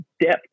depth